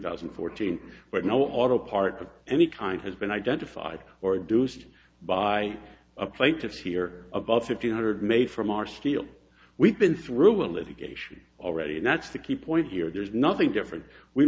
thousand and fourteen but no auto parts of any kind has been identified or reduced by a plaintiff here above fifteen hundred made from our steel we've been through a litigation already and that's the key point here there's nothing different we